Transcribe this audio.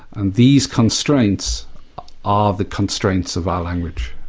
and these constraints are the constraints of our language.